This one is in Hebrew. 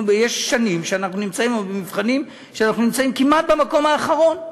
יש שנים שאנחנו נמצאים במבחנים כמעט במקום האחרון.